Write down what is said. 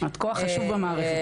את כוח חשוב במערכת.